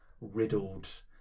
riddled